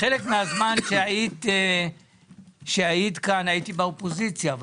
חלק מהזמן שהיית בוועדה הייתי באופוזיציה,